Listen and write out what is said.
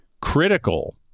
critical